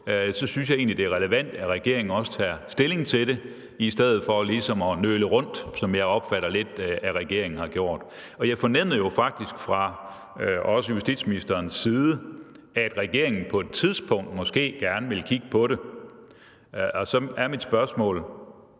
så synes jeg egentlig, det er relevant, at regeringen også tager stilling til det i stedet for ligesom at nøle rundt, som jeg lidt opfatter regeringen har gjort. Og jeg fornemmede jo faktisk også fra justitsministerens side, at regeringen på et tidspunkt måske gerne vil kigge på det. Og så er mit spørgsmål: